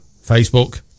Facebook